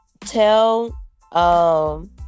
tell